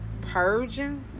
purging